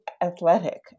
athletic